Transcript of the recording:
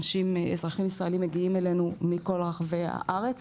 אזרחים ישראלים מגיעים אלינו מכל רחבי הארץ